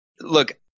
look